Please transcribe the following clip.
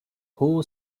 who